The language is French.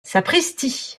sapristi